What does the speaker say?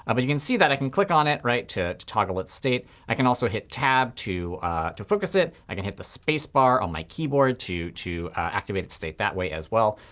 ah but you can see that i can click on it, right, to toggle its state. i can also hit tab to to focus it. i can hit the spacebar on my keyboard to to activate its state that way as well.